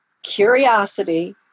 curiosity